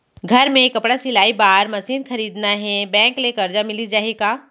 घर मे कपड़ा सिलाई बार मशीन खरीदना हे बैंक ले करजा मिलिस जाही का?